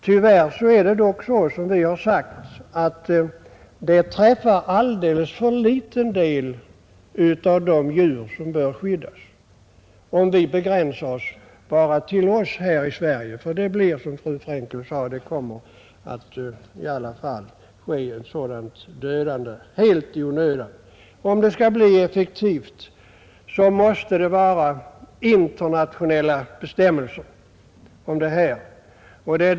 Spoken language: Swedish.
Tyvärr är det såsom vi sagt så att åtgärder som begränsas till att gälla bara för oss här i Sverige träffar en alldeles för liten del av de djur som behöver skyddas, ty som fru Frenkel sade kommer det ändå att ske ett väldigt dödande helt i onödan. Om åtgärden skall bli effektiv, måste internationella bestämmelser komma till stånd.